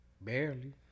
barely